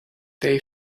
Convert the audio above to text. they